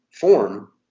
Form